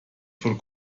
von